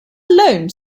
alone